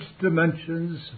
dimensions